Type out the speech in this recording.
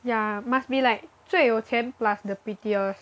ya must be like 最有钱 plus the prettiest